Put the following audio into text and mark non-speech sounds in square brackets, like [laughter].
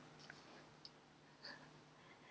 [breath]